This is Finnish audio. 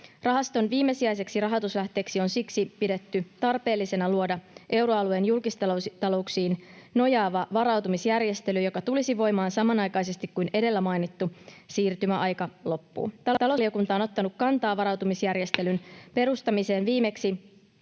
Rahaston viimesijaiseksi rahoituslähteeksi on siksi pidetty tarpeellisena luoda euroalueen julkistalouksiin nojaava varautumisjärjestely, joka tulisi voimaan samanaikaisesti kuin edellä mainittu siirtymäaika loppuu. Talousvaliokunta on ottanut kantaa varautumisjärjestelyn perustamiseen [Puhemies